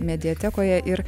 mediatekoje ir